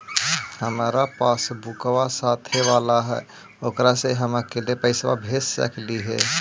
हमार पासबुकवा साथे वाला है ओकरा से हम अकेले पैसावा भेज सकलेहा?